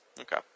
okay